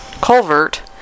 Culvert